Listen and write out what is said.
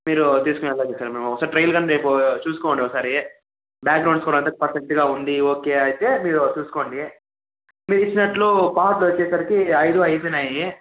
తీసుకునేలాగా చేశాను ఒకసారి ట్రయిల్ కాని రేపు చూసుకోండి ఒకసారి బ్యాక్గ్రౌండ్ స్కోర్ అంత పర్ఫెక్ట్గా ఉంది ఓకే అయితే మీరు చూసుకోండి మీరు ఇచ్చినట్లు పాటలు వచ్చేసరికి ఐదు అయిపోయినాయి